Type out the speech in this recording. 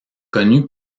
connu